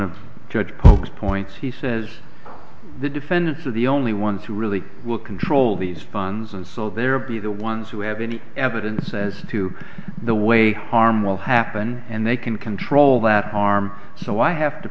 of judge pokes points he says the defendants are the only ones who really will control these funds and so there will be the ones who have any evidence as to the way harm will happen and they can control that harm so i have to